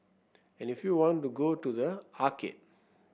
and if you want to go to the arcade